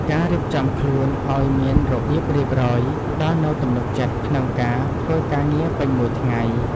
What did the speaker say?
ការរៀបចំខ្លួនឱ្យមានរបៀបរៀបរយ ផ្តល់នូវទំនុកចិត្តក្នុងការធ្វើការងារពេញមួយថ្ងៃ។